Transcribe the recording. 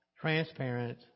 transparent